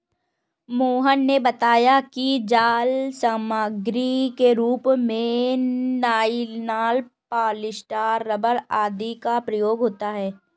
मोहन ने बताया कि जाल सामग्री के रूप में नाइलॉन, पॉलीस्टर, रबर आदि का प्रयोग होता है